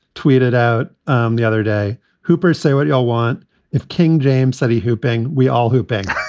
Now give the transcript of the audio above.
tweeted out um the other day, hoopers, say what you'll want if king james said hooping. we all hooping,